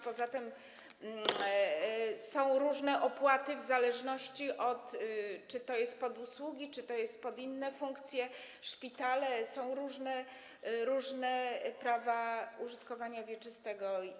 Poza tym są różne opłaty, w zależności od tego, czy to jest pod usługi, czy to jest pod inne funkcje, szpitale, są różne prawa użytkowania wieczystego.